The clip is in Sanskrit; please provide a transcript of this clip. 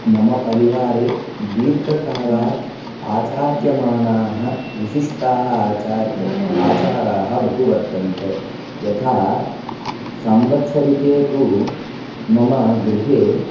मम परिवारे दीर्घकालात् आचार्यमानाः विशिष्टाः आचार्य आचाराः बहु वर्तन्ते यथा संवत्सरिके तु मम गृहे